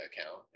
account